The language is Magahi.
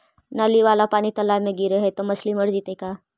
नली वाला पानी तालाव मे गिरे है त मछली मर जितै का?